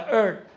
earth